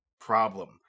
problem